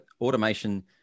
Automation